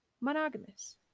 monogamous